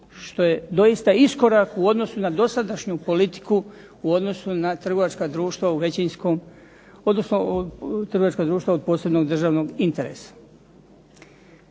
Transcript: što je doista iskorak u odnosu na dosadašnju politiku, u odnosu na trgovačka društva u većinskom, odnosno